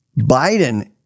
Biden